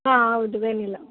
ಹಾಂ ಹೌದು ವೆನಿಲ್ಲ